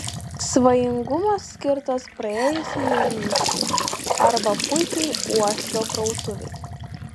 svajingumas skirtas praėjusiai jaunystei arba puikiai uošvio krautuvei